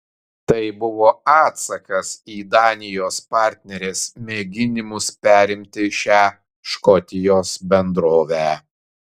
tai buvo atsakas į danijos partnerės mėginimus perimti šią škotijos bendrovę